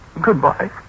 Goodbye